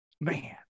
man